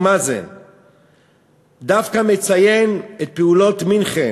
מאזן דווקא מציין את פעולות מינכן,